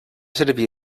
servir